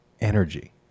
energy